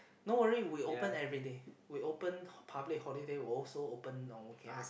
don't worry we open everyday we open public holiday also open on weekend